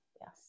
Yes